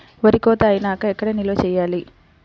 వరి కోత అయినాక ఎక్కడ నిల్వ చేయాలి?